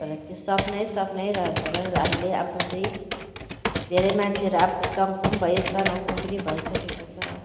र त्यो सपनै सपनै रहन्छ र हामीले अब त्यही धेरै मान्छेहरू अब त चङ्खो पनि भयो चनाखो पनि भइसकेको छ